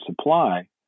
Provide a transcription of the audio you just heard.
supply